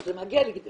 כשזה מגיע לצייר,